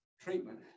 treatment